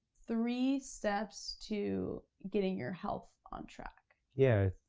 three steps to getting your health on track. yeah,